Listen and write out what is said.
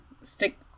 stick